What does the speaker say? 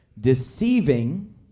deceiving